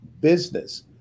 business